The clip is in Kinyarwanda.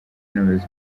n’ubuyobozi